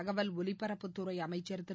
தகவல் ஒலிபரப்புத்துறை அமைச்சா் திரு